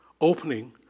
opening